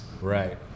Right